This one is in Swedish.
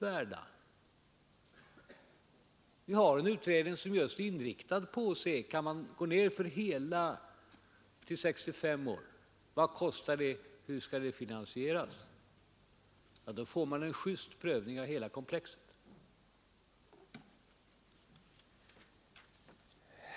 Vi har en utredning som just är inriktad på att se: Kan man gå ned till 65 år för alla? Vad kostar det? Hur skall vi finansiera det? På det sättet får man en just prövning av hela komplexet.